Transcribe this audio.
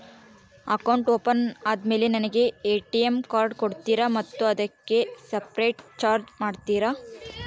Account open ಆದಮೇಲೆ ನನಗೆ ATM card ಕೊಡ್ತೇರಾ ಮತ್ತು ಅದಕ್ಕೆ ಸಪರೇಟ್ ಚಾರ್ಜ್ ಮಾಡ್ತೇರಾ?